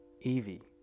Evie